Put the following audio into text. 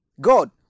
God